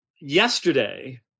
yesterday